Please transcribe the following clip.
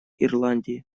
ирландии